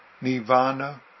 nirvana